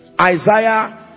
Isaiah